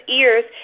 ears